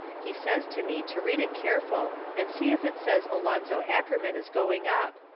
he says to me to read it careful and see if it says alonzo ackerman is going up.